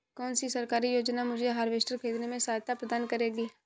कौन सी सरकारी योजना मुझे हार्वेस्टर ख़रीदने में सहायता प्रदान करेगी?